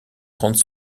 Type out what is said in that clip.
trente